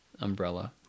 umbrella